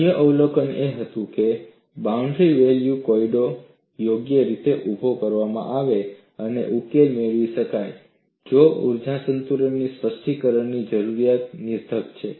અન્ય અવલોકન એ હતું કે જો બાઉન્ડરી વેલ્યુ કોયડો યોગ્ય રીતે ઉભો કરવામાં આવે અને ઉકેલ મેળવી શકાય તો ઊર્જા સંતુલનના સ્પષ્ટીકરણની જરૂરિયાત નિરર્થક છે